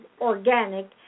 organic